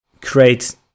create